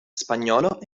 spagnolo